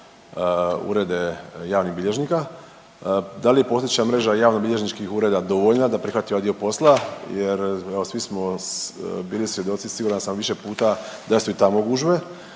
urede javnih bilježnika, da li je postojeća mreža javnobilježničkih ureda dovoljna da prihvati ovaj dio posla jer evo svi smo bili svjedoci siguran sam više puta da su i tamo gužve.